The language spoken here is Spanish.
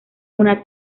una